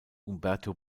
umberto